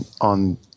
on